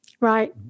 Right